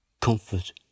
Comfort